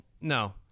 no